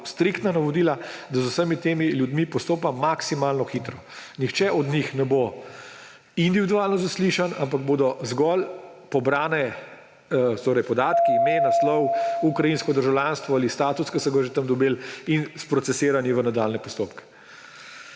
striktna navodila, da z vsemi temi ljudmi postopa maksimalno hitro. Nihče od njih ne bo individualno zaslišan, ampak bodo zgolj pobrani podatki: ime, naslov, ukrajinsko državljanstvo ali status, ki so ga že tam dobili, in sprocesirani v nadaljnje postopke.